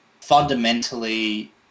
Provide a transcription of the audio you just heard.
Fundamentally